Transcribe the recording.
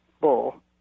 bull